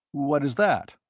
what is that?